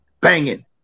Banging